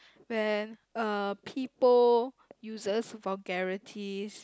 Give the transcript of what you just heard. then uh people uses vulgarities